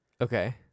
Okay